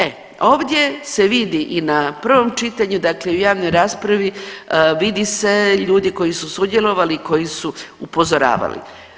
E ovdje se vidi i na prvom čitanju dakle i u javnoj raspravi vidi se ljudi koji su sudjelovali i koji su upozoravali.